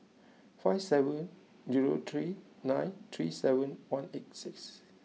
five seven zero three nine three seven one eight six